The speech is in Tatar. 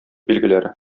билгеләре